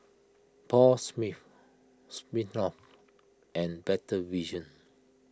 Paul Smith Smirnoff and Better Vision